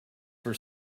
for